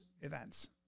events